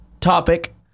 topic